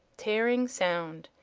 tearing sound,